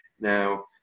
Now